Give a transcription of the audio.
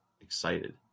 excited